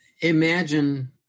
Imagine